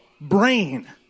brain